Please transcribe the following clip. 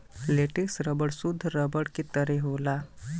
latex rubber सुद्ध rubber के तरह होला